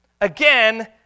again